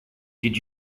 did